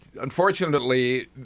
unfortunately